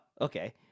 okay